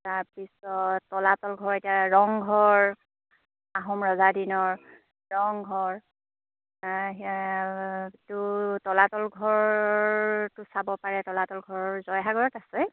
তাৰপিছত তলাতল ঘৰ এতিয়া ৰংঘৰ আহোম ৰজা দিনৰ ৰংঘৰ এইটো তলাতল ঘৰটো চাব পাৰে তলাতল ঘৰৰ জয়সাগৰত আছে